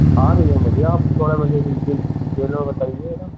आ रही है मुझे आप थोड़ा भईया डिटेल डिटेल में बताइयेगा